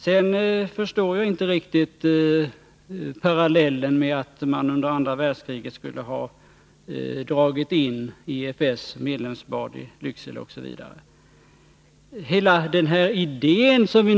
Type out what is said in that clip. Jag förstår inte riktigt parallellen med att man under andra världskriget skulle ha dragit in EFS medlemsblad i Lycksele osv.